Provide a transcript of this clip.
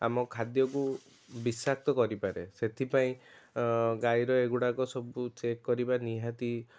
ଆମ ଖାଦ୍ୟକୁ ବିଷାକ୍ତ କରିପାରେ ସେଇଥିପାଇଁ ଗାଈର ଏଗୁଡ଼ାକ ସବୁ ଚେକ୍ କରିବା ନିହାତି